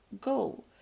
go